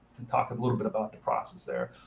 and talk a little bit about the process there.